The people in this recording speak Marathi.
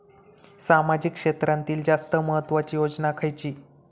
सामाजिक क्षेत्रांतील जास्त महत्त्वाची योजना खयची?